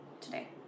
today